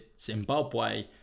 zimbabwe